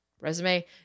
resume